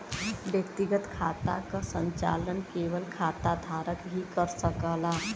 व्यक्तिगत खाता क संचालन केवल खाता धारक ही कर सकला